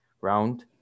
round